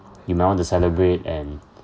you might want to celebrate and